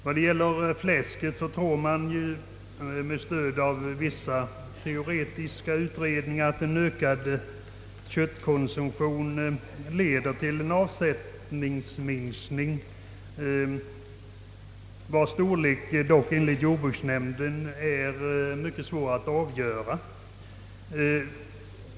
Vad beträffar fläsket, så tycks man med stöd av vissa teoretiska utredningar tro att en ökad köttkonsumtion leder till en avsättningsminskning på fläsk, vilken minskning dock enligt jordbruksnämnden är mycket svår att uppskatta.